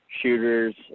shooters